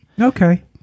Okay